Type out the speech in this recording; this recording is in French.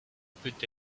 peut